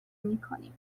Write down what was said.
میکنیم